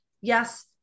Yes